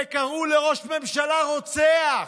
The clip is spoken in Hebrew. ראש הממשלה הלך.